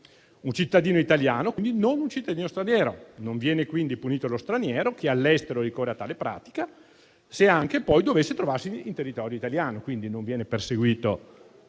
Un cittadino italiano, quindi, non un cittadino straniero; non viene punito lo straniero che all'estero ricorre a tale pratica, se anche poi dovesse trovarsi in territorio italiano. Quindi non viene perseguito